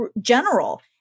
general